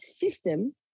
system